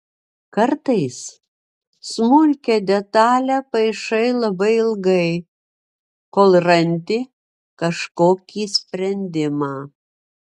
kartais smulkią detalią paišai labai ilgai kol randi kažkokį sprendimą